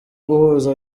guhuza